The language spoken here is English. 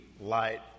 light